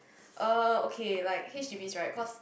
uh okay like H_D_Bs right cause